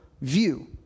view